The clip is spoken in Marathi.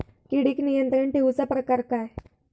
किडिक नियंत्रण ठेवुचा प्रकार काय?